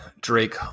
Drake